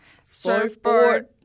Surfboard